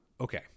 Okay